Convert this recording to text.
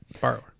Borrower